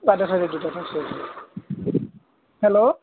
hello